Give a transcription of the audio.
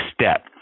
step